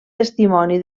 testimoni